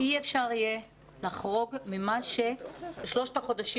אי אפשר יהיה לחרוג ממה שבשלושת החודשים